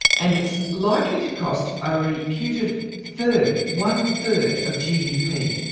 and it's likely to cost a reputed third one third of gdp,